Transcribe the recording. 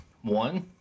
One